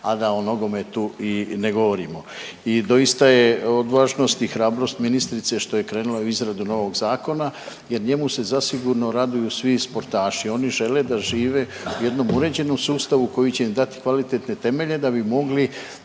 a da o nogometu i ne govorimo. I doista je odvažnost i hrabrost ministrice što je krenula u izradu novog zakona jer njemu se zasigurno raduju svi sportaši. Oni žele da žive u jednom uređenom sustavu koji će im dati kvalitetne temelje da bi mogli